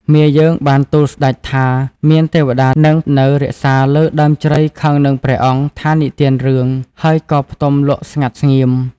មាយើងបានទូលស្តេចថាមានទេវតានិត្យនៅរក្សាលើដើមជ្រៃខឹងនឹងព្រះអង្គថានិទានរឿង ហើយក៏ផ្ទំលក់ស្ងាត់ស្ងៀម។